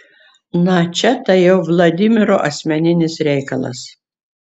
na čia tai jau vladimiro asmeninis reikalas